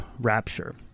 rapture